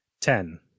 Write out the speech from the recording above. Ten